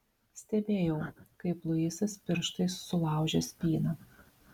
stebėjau kaip luisas pirštais sulaužė spyną